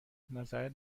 نظرت